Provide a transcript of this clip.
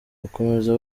bakomeza